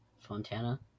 Fontana